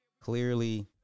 clearly